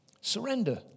Surrender